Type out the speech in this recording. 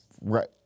Right